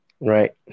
Right